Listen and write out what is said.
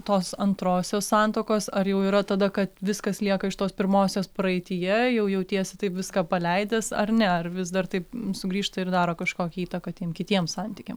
tos antrosios santuokos ar jau yra tada kad viskas lieka iš tos pirmosios praeityje jau jautiesi taip viską paleidęs ar ne ar vis dar taip sugrįžta ir daro kažkokią įtaką tiem kitiem santykiam